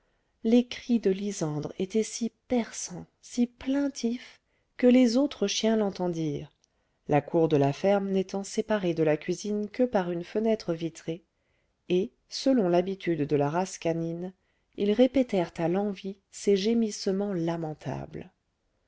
les cris de lysandre étaient si perçants si plaintifs que les autres chiens l'entendirent la cour de la ferme n'étant séparée de la cuisine que par une fenêtre vitrée et selon l'habitude de la race canine ils répétèrent à l'envi ces gémissements lamentables